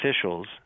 officials